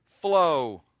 flow